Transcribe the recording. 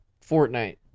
Fortnite